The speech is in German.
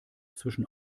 zwischen